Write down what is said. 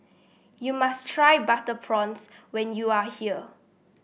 you must try Butter Prawns when you are here